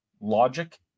logic